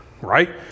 right